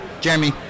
Jeremy